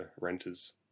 renters